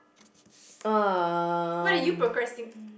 um